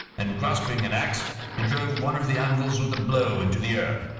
and grasping an axe he drove one of the anvils with a blow into the earth.